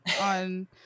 on